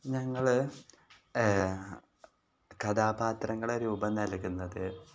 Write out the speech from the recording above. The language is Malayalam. ഞങ്ങൾ കഥാപാത്രങ്ങളെ രൂപം നൽകുന്നത്